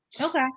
Okay